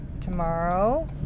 Tomorrow